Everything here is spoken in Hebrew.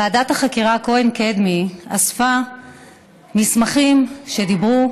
ועדת החקירה כהן-קדמי אספה מסמכים שדיברו